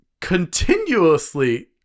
continuously